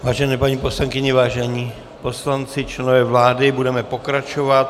Vážené paní poslankyně, vážení poslanci, členové vlády, budeme pokračovat.